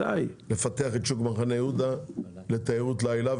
לפתח את שוק מחנה יהודה לתיירות לילה,